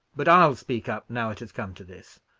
but i'll speak up now it has come to this.